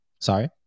sorry